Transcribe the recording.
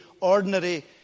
ordinary